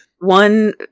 One